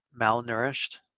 malnourished